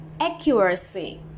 accuracy